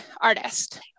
artist